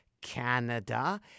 Canada